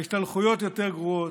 ההשתלחויות יותר גרועות,